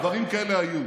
דברים כאלה היו.